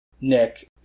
Nick